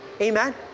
amen